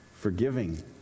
forgiving